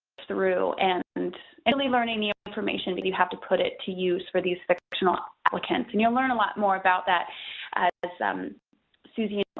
through and it'll be learning new information, but you have to put it to use for these fictional applicants, and you'll learn a lot more about that as um suzy,